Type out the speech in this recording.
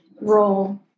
role